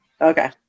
Okay